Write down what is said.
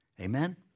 Amen